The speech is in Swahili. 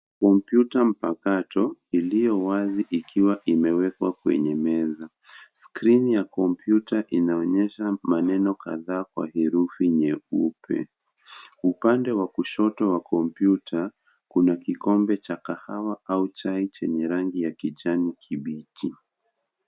Kompyuta mpakato iliyowazi ikiwa imewekwa kwenye meza, skrini ya komyuta inaonyesha maneno kadhaa kwa herufi nyeupe. Upande wa kushoto wa kompyuta kuna kikombe cha kahawa au chai chenye rangi ya kijani kibichi.